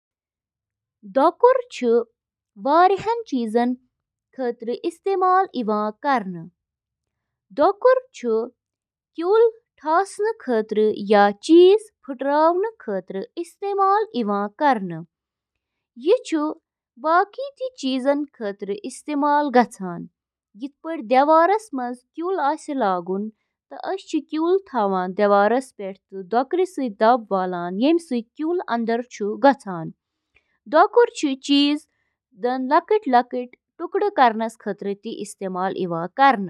اکھ vacuum cleaner, یتھ صرف ویکیوم تہٕ ونان چِھ، چُھ اکھ یُتھ آلہ یُس قالینن تہٕ سخت فرشو پیٹھ گندگی تہٕ باقی ملبہٕ ہٹاونہٕ خاطرٕ سکشن تہٕ اکثر تحریک ہنٛد استعمال چُھ کران۔ ویکیوم کلینر، یِم گَرَن سۭتۍ سۭتۍ تجٲرتی ترتیبن منٛز تہِ استعمال چھِ یِوان کرنہٕ۔